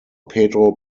pedro